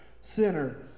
sinner